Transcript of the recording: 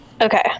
Okay